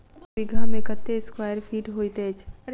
एक बीघा मे कत्ते स्क्वायर फीट होइत अछि?